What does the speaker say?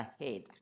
ahead